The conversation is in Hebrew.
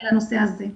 בנושא הזה.